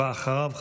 ואחריו,